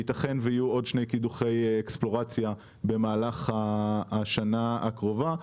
וייתכן ויהיו עוד שני קידוחי אקספלורציה במהלך השנה הקרובה.